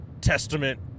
testament